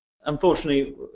Unfortunately